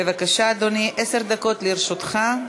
בבקשה, אדוני, עשר דקות לרשותך.